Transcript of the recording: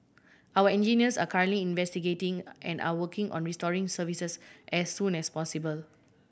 our engineers are currently investigating and are working on restoring services as soon as possible